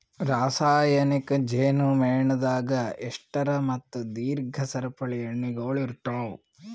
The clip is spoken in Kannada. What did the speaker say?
ರಾಸಾಯನಿಕ್ ಜೇನು ಮೇಣದಾಗ್ ಎಸ್ಟರ್ ಮತ್ತ ದೀರ್ಘ ಸರಪಳಿ ಎಣ್ಣೆಗೊಳ್ ಇರ್ತಾವ್